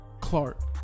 Clark